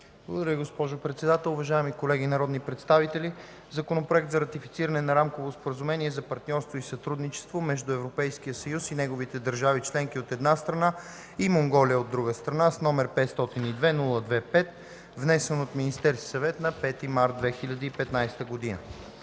Благодаря, госпожо Председател. Уважаеми колеги народни представители! „ДОКЛАД относно Законопроект за ратифициране на Рамково споразумение за партньорство и сътрудничество между Европейския съюз и неговите държави членки, от една страна, и Монголия, от друга страна, № 502-02-5, внесен от Министерския съвет на 5 март 2015 г.